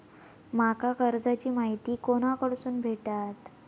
माका कर्जाची माहिती कोणाकडसून भेटात?